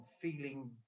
feeling